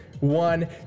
one